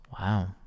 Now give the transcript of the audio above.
Wow